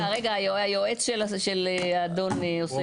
רגע, רגע, היועץ של האדון יוסף.